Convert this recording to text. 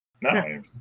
No